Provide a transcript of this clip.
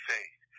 Faith